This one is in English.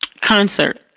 concert